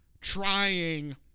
trying